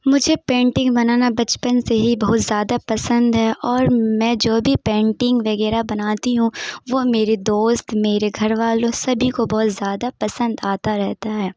مجھے پینٹنگ بنانا پچپن سے ہی بہت زیادہ پسند ہے اور میں جو بھی پینٹنگ وغیرہ بناتی ہوں وہ میرے دوست میرے گھر والوں سبھی کو بہت زیادہ پسند آتا رہتا ہے